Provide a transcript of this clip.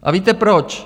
A víte proč?